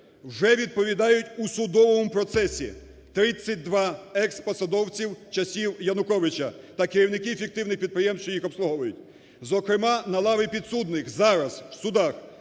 Вже відповідають у судовому процесі 32 екс-посадовців часів Януковича та керівники фіктивних підприємств, що їх обслуговують. Зокрема, на лаві підсудних зараз в судах